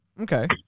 Okay